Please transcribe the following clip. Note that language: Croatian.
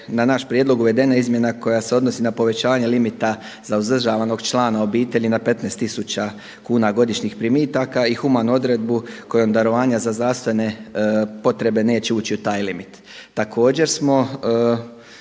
je naš prijedlog uvedena izmjena koja se odnosi na povećanje limita za uzdržavanog člana obitelji na 15000 kuna godišnjih primitaka i humanu odredbu kojom darovanja za zdravstvene potrebe neće ući u taj limit.